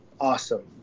awesome